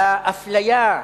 לאפליה,